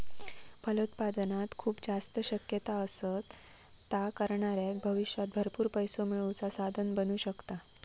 फलोत्पादनात खूप जास्त शक्यता असत, ता करणाऱ्याक भविष्यात भरपूर पैसो मिळवुचा साधन बनू शकता